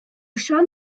siân